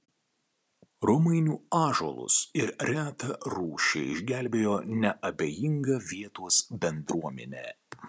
romainių ąžuolus ir retą rūšį išgelbėjo neabejinga vietos bendruomenė